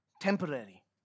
Temporary